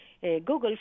Google